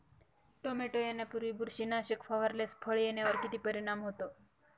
Tomato येण्यापूर्वी बुरशीनाशक फवारल्यास फळ येण्यावर किती परिणाम होतो?